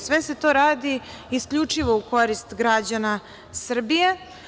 Sve se to radi isključivo u korist građana Srbije.